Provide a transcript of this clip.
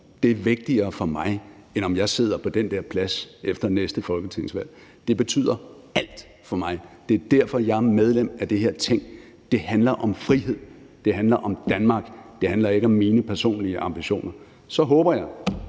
er vigtigere for mig, end om jeg sidder på den der plads efter næste folketingsvalg. Det betyder alt for mig; det er derfor, jeg er medlem af det her Ting. Det handler om frihed, det handler om Danmark, det handler ikke om mine personlige ambitioner. Så håber jeg,